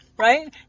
right